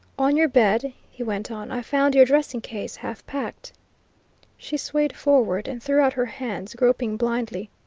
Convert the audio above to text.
on your bed, he went on, i found your dressing-case, half-packed. she swayed forward, and threw out her hands, groping blindly.